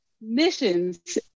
missions